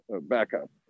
backup